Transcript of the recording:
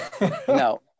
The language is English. no